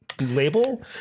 label